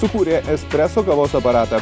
sukūrė espreso kavos aparatą